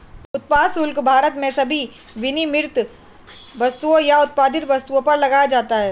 उत्पाद शुल्क भारत में सभी विनिर्मित वस्तुओं या उत्पादित वस्तुओं पर लगाया जाता है